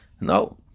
No